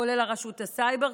כולל הרשות לסייבר,